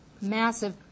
Massive